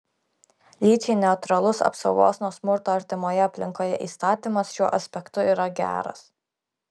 lyčiai neutralus apsaugos nuo smurto artimoje aplinkoje įstatymas šiuo aspektu yra geras